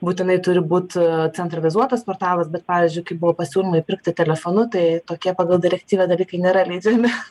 būtinai turi būt centralizuotas portalas bet pavyzdžiui kaip buvo pasiūlymai pirkti telefonu tai tokie pagal direktyvą dalykai nėra leidžiami